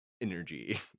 energy